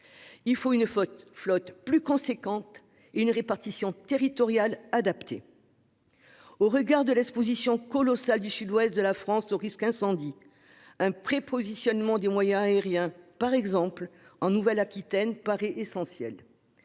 Il faut une flotte plus importante et une répartition adaptée de la flotte sur le territoire. Au regard de l'exposition colossale du sud-ouest de la France au risque incendie, un prépositionnement des moyens aériens, par exemple en Nouvelle-Aquitaine, paraît essentiel.